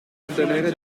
ottenere